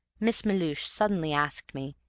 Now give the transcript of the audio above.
miss melhuish suddenly asked me,